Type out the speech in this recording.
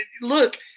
Look